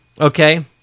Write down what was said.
okay